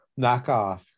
knockoff